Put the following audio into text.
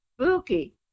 spooky